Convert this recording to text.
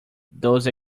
those